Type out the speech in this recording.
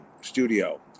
studio